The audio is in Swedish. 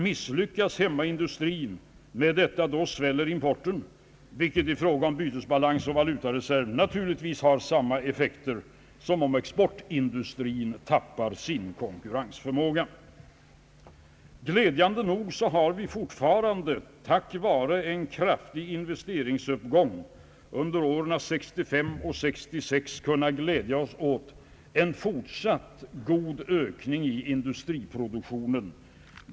Misslyckas hemmaindustrin med detta, sväller importen, vilket i fråga om bytesbalans och valutareserv naturligtvis har samma effekt som om exportindustrin tappar sin konkurrensförmåga. Glädjande nog har vi fortfarande, tack vare en kraftig investeringsuppgång under åren 1965—1966, kunnat Allmänpolitisk debatt glädja oss åt en fortsatt god ökning i industriproduktionen.